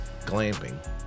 glamping